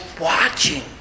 watching